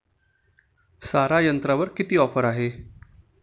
सारा यंत्रावर किती ऑफर आहे?